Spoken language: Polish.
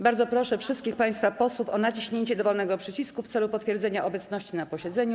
Bardzo proszę wszystkich państwa posłów o naciśnięcie dowolnego przycisku w celu potwierdzenia obecności na posiedzeniu.